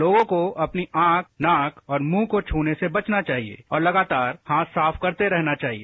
लोगों को अपनी आंख नाक और मुंह को छूने से बचना चाहिए और लगातार हाथ साफ करते रहना चाहिए